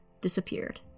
disappeared